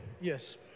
Yes